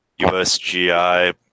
USGI